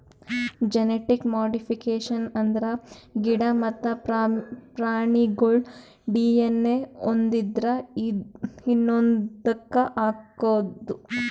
genetic modification ಅಂದ್ರ ಗಿಡ ಮತ್ತ್ ಪ್ರಾಣಿಗೋಳ್ ಡಿ.ಎನ್.ಎ ಒಂದ್ರಿಂದ ಇನ್ನೊಂದಕ್ಕ್ ಹಾಕದು